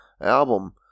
album